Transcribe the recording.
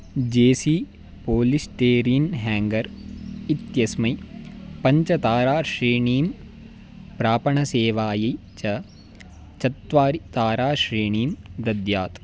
जे C polystyrene hanger इत्यस्मै पञ्चताराश्रेणीं प्रापणसेवायै च चत्वारि ताराश्रेणीं दद्यात्